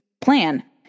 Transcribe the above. plan